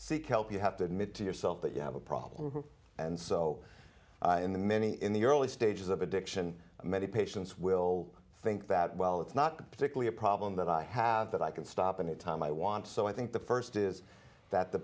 seek help you have to admit to yourself that you have a problem and so in the many in the early stages of addiction many patients will think that well it's not the particular problem that i have that i can stop any time i want so i think the first is that the